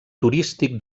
turístic